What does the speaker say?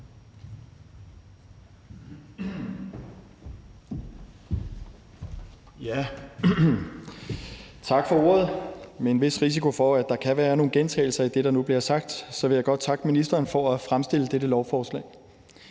Tak for ordet. Med en vis risiko for, at der kan være nogle gentagelser i det, der nu bliver sagt, vil jeg godt takke ministeren for at fremsætte det her lovforslag.